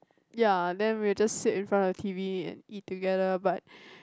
ya then we'll just sit in front of the T_V and eat together but